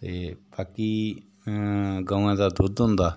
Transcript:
ते बाकी गवां दा दुद्ध होंदा